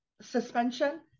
suspension